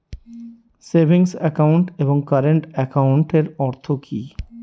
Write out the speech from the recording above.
Savings account এবং current একাউন্টের অর্থ কি?